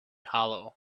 hollow